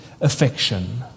affection